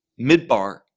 Midbar